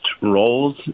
roles